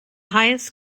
highest